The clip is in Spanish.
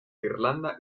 irlanda